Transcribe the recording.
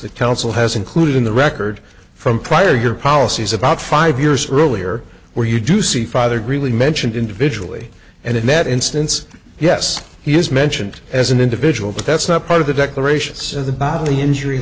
that council has included in the record from prior year policies about five years earlier where you do see father greeley mentioned individually and in that instance yes he is mentioned as an individual but that's not part of the declarations of the bodily injury